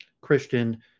Christian